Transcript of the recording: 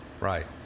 right